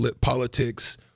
politics